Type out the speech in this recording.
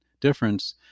difference